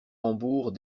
rambourg